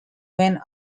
went